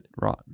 right